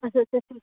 اچھا اچھا